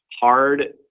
hard